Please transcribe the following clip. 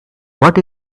what